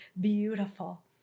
beautiful